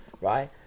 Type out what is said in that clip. right